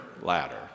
ladder